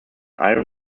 iron